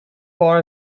far